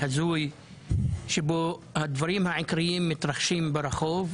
הזוי שבו הדברים העיקריים מתרחשים ברחוב,